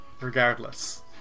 Regardless